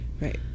Right